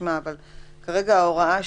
כרגע ההוראה,